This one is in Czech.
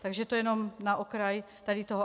Takže to jenom na okraj tady toho.